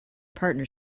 partner